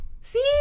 See